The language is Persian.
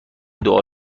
دعا